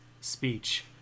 speech